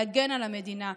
להגן על המדינה,